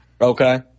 Okay